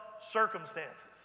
circumstances